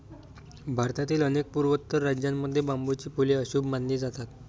भारतातील अनेक पूर्वोत्तर राज्यांमध्ये बांबूची फुले अशुभ मानली जातात